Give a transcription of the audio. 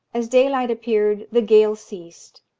as daylight appeared the gale ceased,